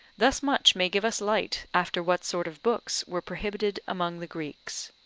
thus much may give us light after what sort of books were prohibited among the greeks.